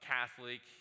Catholic